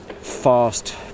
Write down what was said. fast